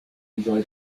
enjoy